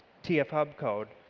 tf hub code,